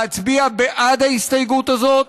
להצביע בעד ההסתייגות הזאת.